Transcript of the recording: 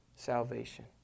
salvation